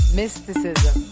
mysticism